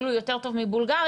אפילו יותר טוב מבולגריה,